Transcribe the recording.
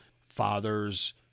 fathers